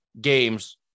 games